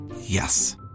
Yes